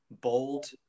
bold